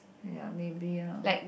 ya maybe lah